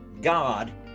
God